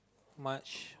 much